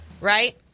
right